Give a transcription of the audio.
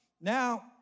Now